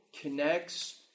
connects